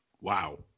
Wow